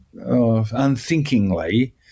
unthinkingly